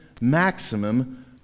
maximum